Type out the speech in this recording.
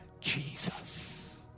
Jesus